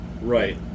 Right